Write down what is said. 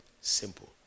simple